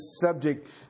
subject